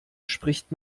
spricht